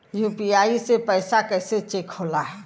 UPI से पैसा कैसे चेक होला?